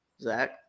Zach